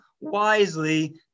wisely